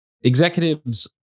executives